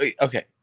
okay